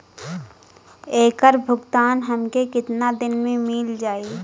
ऐकर भुगतान हमके कितना दिन में मील जाई?